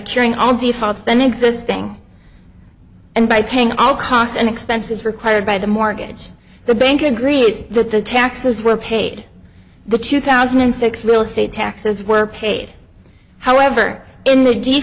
then existing and by paying all costs and expenses required by the mortgage the bank agrees that the taxes were paid the two thousand and six real estate taxes were paid however in the